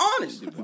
honest